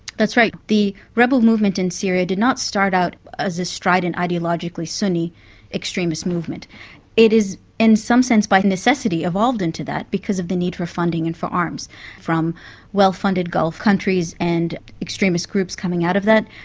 that's right. the rebel movement in syria did not start out as a strident ideologically sunni extremist movement it is in some sense by necessity evolved into that, because of the need for funding and for arms from well-funded gulf countries and extremist groups coming out of that.